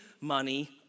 money